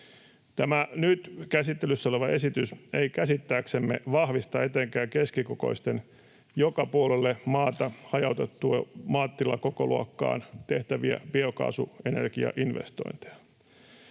Tämä nyt käsittelyssä oleva esitys ei käsittääksemme vahvista etenkään keskikokoisia, joka puolelle maata hajautettuja, maatilakokoluokkaan tehtäviä biokaasuenergiainvestointeja.